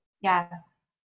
Yes